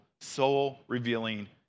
soul-revealing